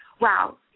wow